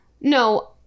No